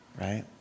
right